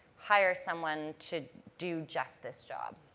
hire someone to do just this job.